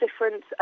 different